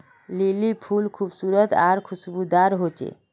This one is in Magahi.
लिली फुल खूबसूरत आर खुशबूदार होचे